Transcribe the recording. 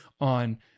on